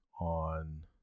on